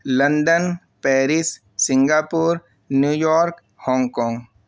London Paris Singapore New York Hong Kong